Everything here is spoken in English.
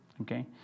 okay